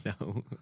No